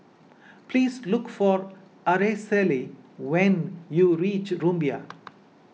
please look for Araceli when you reach Rumbia